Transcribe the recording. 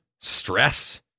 stress